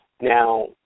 Now